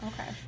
Okay